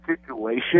situation